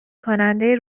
کننده